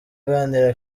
aganira